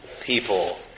people